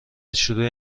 شروع